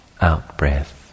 out-breath